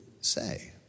say